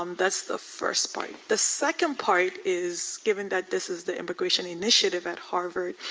um that's the first part. the second part is, given that this is the immigration initiative at harvard,